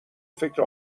فکر